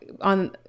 on